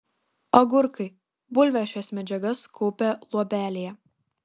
agurkai bulvės šias medžiagas kaupia luobelėje